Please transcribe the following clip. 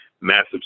massive